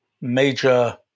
major